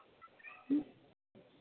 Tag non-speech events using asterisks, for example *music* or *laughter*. *unintelligible*